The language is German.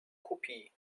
kopie